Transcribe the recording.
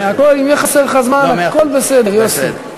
אם יהיה חסר לך זמן, הכול בסדר, יוסי.